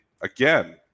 again